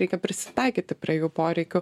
reikia prisitaikyti prie jų poreikių